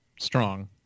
strong